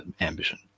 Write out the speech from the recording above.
ambition